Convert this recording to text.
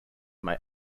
may